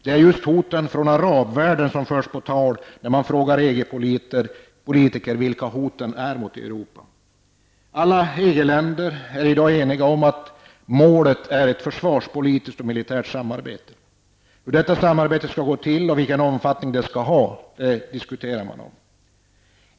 Det är just hoten från arabvärlden som förs på tal när EG-politiker skall svara på frågan om vilka hoten mot EG är. Alla EG-länder är i dag eniga om att målet är att ha ett försvarspolitiskt och militärt samarbete. Hur detta samarbete skall gå till och vilken omfattning det skall ha förs det diskussioner om.